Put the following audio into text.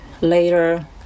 later